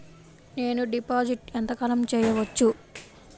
నేను డిపాజిట్ ఎంత కాలం చెయ్యవచ్చు?